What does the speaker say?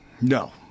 No